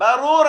ברור.